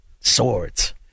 Swords